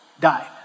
died